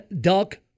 duck